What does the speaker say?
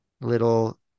little